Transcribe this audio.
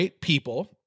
people